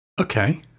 Okay